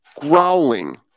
growling